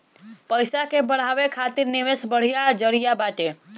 पईसा के बढ़ावे खातिर निवेश बढ़िया जरिया बाटे